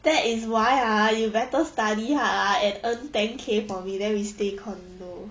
that is why ah you better study ah and earn ten K for me then we stay condo